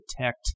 detect